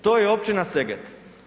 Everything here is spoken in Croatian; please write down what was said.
To je općina Seget.